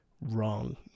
wrong